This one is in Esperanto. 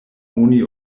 oni